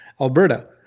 Alberta